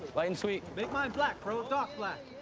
light and sweet. make mine black, bro, dark black.